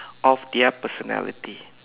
of their personality